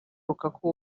lukaku